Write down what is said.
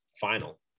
final